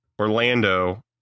Orlando